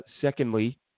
Secondly